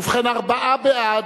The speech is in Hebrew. ובכן, ארבעה בעד,